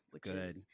Good